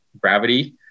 gravity